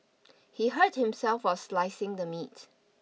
he hurt himself while slicing the meat